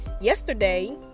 yesterday